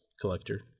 collector